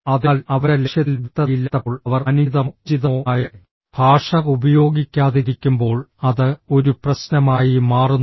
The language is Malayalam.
അതിനാൽ അവരുടെ ലക്ഷ്യത്തിൽ വ്യക്തതയില്ലാത്തപ്പോൾ അവർ അനുചിതമോ ഉചിതമോ ആയ ഭാഷ ഉപയോഗിക്കാതിരിക്കുമ്പോൾ അത് ഒരു പ്രശ്നമായി മാറുന്നു